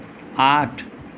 আঠ